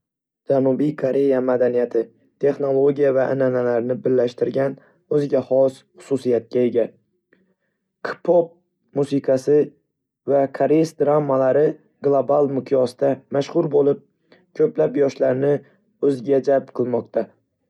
Janubiy Koreya madaniyati texnologiya va an'analarni birlashtirgan o'ziga xos xususiyatga ega. K-pop musiqasi va koreys dramalari global miqyosda mashhur bo'lib, ko'plab yoshlarni o'ziga jalb qilmoqda.